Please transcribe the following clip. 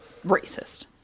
racist